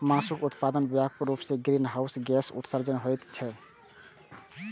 मासुक उत्पादन मे व्यापक रूप सं ग्रीनहाउस गैसक उत्सर्जन होइत छैक